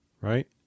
Right